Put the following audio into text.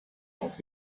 auf